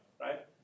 right